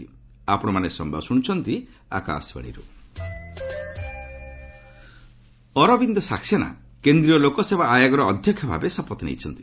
ND UPSC Arvind Saxena କେନ୍ଦ୍ରୀୟ ଲୋକସେବା ଆୟୋଗର ଅଧ୍ୟକ୍ଷ ଭାବେ ଶପଥ ନେଇଛନ୍ତି